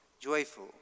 Joyful